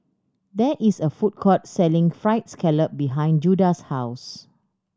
there is a food court selling Fried Scallop behind Judah's house